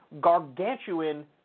gargantuan